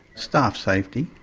staff safety,